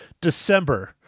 December